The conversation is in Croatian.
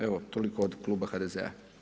Evo toliko od Kluba HDZ-a.